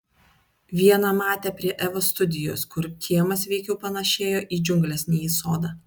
vieną matė prie evos studijos kur kiemas veikiau panėšėjo į džiungles nei į sodą